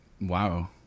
Wow